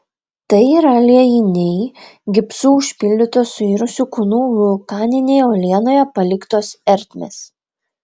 tai yra liejiniai gipsu užpildytos suirusių kūnų vulkaninėje uolienoje paliktos ertmės